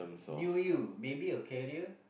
you you maybe a career